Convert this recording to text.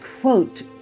quote